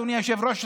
אדוני היושב-ראש,